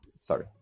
sorry